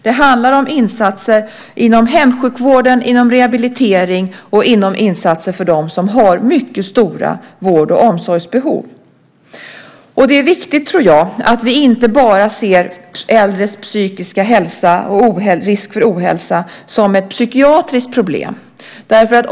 Det handlar om insatser inom hemsjukvården, inom rehabilitering och insatser för dem som har mycket stora vård och omsorgsbehov. Det är viktigt, tror jag, att vi inte bara ser äldres psykiska hälsa och risk för ohälsa som ett psykiatriskt problem.